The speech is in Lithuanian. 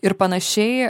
ir panašiai